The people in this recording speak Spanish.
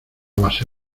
base